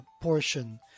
portion